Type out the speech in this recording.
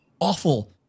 awful